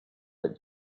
that